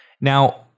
Now